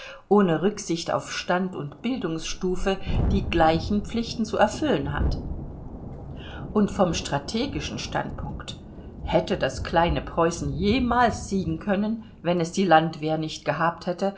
ohne rücksicht auf stand und bildungsstufe die gleichen pflichten zu erfüllen hat und vom strategischen standpunkt hätte das kleine preußen jemals siegen können wenn es die landwehr nicht gehabt hätte